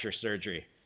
surgery